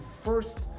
first